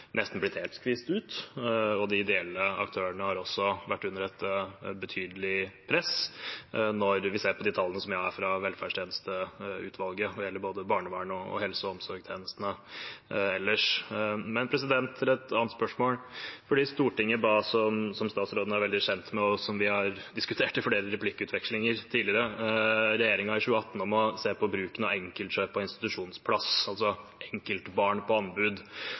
nesten blitt helt skvist ut. De ideelle aktørene har også vært under et betydelig press når vi ser på de tallene jeg har fra velferdstjenesteutvalget. Det gjelder både barnevern og helse- og omsorgstjenestene ellers. Men til et annet spørsmål: Som statsråden er veldig kjent med, og som vi har diskutert i flere replikkvekslinger tidligere, ba Stortinget regjeringen i 2018 om å se på bruken av enkeltkjøp av institusjonsplass, altså enkeltbarn på anbud,